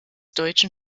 deutschen